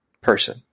person